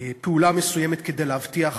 פעולה מסוימת כדי להבטיח